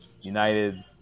United